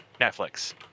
Netflix